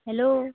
hello